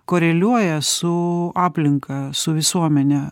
koreliuoja su aplinka su visuomene